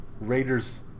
Raiders